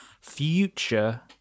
future